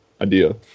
idea